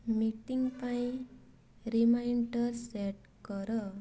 meeting ପାଇଁ reminder set କର